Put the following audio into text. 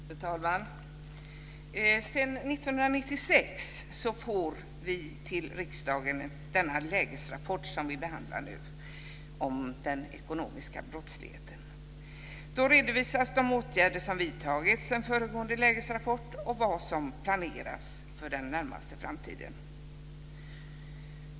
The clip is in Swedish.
Fru talman! Sedan 1996 får vi varje år en lägesrapport till riksdagen om den ekonomiska brottsligheten. Då redovisas de åtgärder som vidtagits sedan föregående lägesrapport och vad som planeras för den närmaste framtiden.